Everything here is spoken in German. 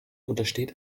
untersteht